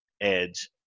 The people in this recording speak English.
edge